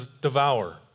devour